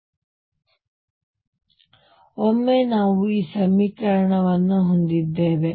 ಈಗ ಒಮ್ಮೆ ನಾವು ಈ ಸಮೀಕರಣವನ್ನು ಹೊಂದಿದ್ದೇವೆ